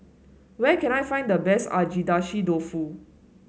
where can I find the best Agedashi Dofu